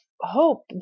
Hope